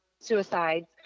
suicides